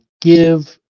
give